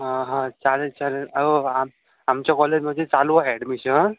हां हां चालेल चालेल हो हो आमच्या कॉलेजमध्ये चालू आहे ॲडमिशन